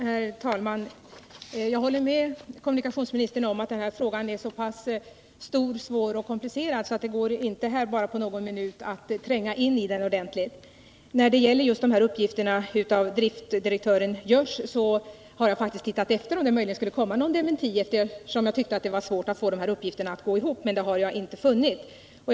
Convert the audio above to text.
Herr talman! Jag håller med kommunikationsministern om att frågan är så pass stor, svår och komplicerad att det inte går att på någon minut tränga in i den ordentligt. När det gäller uppgifterna från driftdirektören Görs har jag faktiskt sett efter, om det möjligen hade kommit någon dementi, eftersom jag tyckte att det var svårt att få uppgifterna att stämma överens, men jag har inte funnit någon sådan.